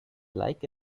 like